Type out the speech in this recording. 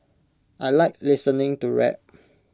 I Like listening to rap